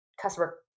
customer